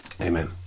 Amen